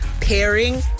pairing